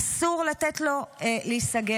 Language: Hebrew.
אסור לתת לו להיסגר.